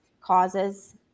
causes